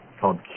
called